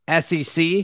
SEC